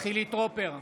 חילי טרופר,